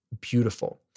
beautiful